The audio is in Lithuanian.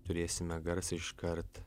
turėsime garsą iškart